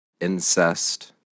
incest